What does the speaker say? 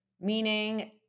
Meaning